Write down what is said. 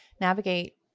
navigate